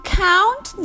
count